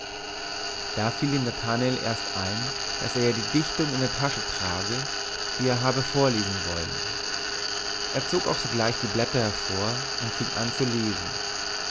da fiel dem nathanael erst ein daß er ja die dichtung in der tasche trage die er habe vorlesen wollen er zog auch sogleich die blätter hervor und fing an zu lesen